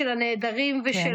נמשיך להתפלל ולקרוא ולפעול להשכנת